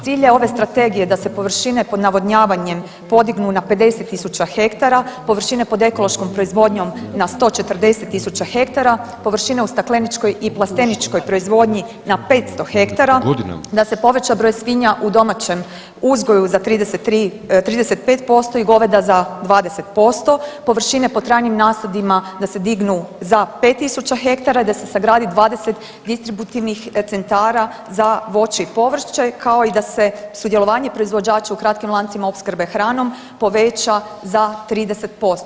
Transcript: Cilj je ova strategije da se površine pod navodnjavanjem podignu na 50.000 hektara, površine pod ekološkom proizvodnjom na 140.000 hektara, površine u stakleničkoj i plasteničkoj proizvodnji na 500 hektara, da se poveća broj svinja u domaćem uzgoju za 35% i goveda za 20%, površine pod trajnim nasadima da se dignu za 5.000 hektara i da se sagradi 20 distributivnih centara za voće i povrće kao i da se sudjelovanje proizvođača u kratkim lancima opskrbe hranom poveća za 30%